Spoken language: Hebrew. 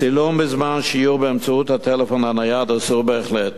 "צילום בזמן שיעור באמצעות הטלפון הנייד אסור בהחלט.